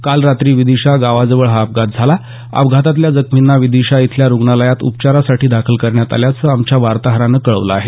काल रात्री विदिशा गावाजवळ हा अपघात झाला अपघातातल्या जखमींना विदिशा इथल्या रुग्णालयात उपचारासाठी दाखल करण्यात आल्याचं आमच्या वार्ताहरानं कळवलं आहे